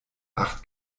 acht